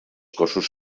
cossos